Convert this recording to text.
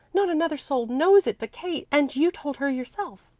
not another soul knows it but kate, and you told her yourself.